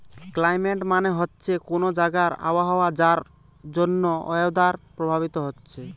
climate মানে হচ্ছে কুনো জাগার আবহাওয়া যার জন্যে ওয়েদার প্রভাবিত হচ্ছে